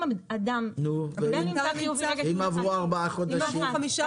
נו, ואם עברו ארבעה חודשים?